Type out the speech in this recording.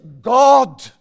God